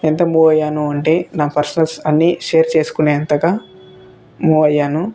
ఎంత మూవ్ అయ్యాను అంటే నా పర్సనల్స్ అన్నీ షేర్ చేసుకునే అంతగా మూ అయ్యాను